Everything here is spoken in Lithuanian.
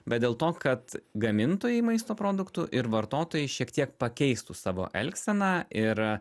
bet dėl to kad gamintojai maisto produktų ir vartotojai šiek tiek pakeistų savo elgseną ir